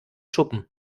schuppen